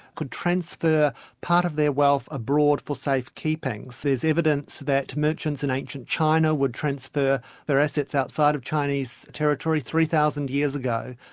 could transfer part of their wealth abroad for safekeeping. there's evidence that merchants in ancient china would transfer their assets outside of chinese territory three thousand years ago.